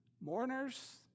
Mourners